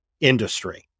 industry